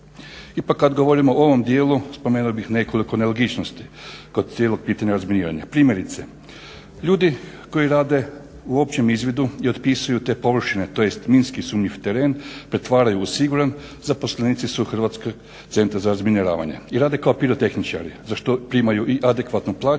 Ipak kad govorimo o ovom dijelu spomenuo bih nekoliko nelogičnosti kod cijelog pitanja razminiranja. Primjerice, ljudi koji rade u općem izvidu i otpisuju te površine tj. minski sumnjiv teren pretvaraju u siguran, zaposlenici su Hrvatskog centra za razminiravanje i rade kao pirotehničari za što primaju i adekvatnu plaću